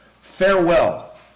farewell